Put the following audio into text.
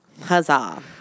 Huzzah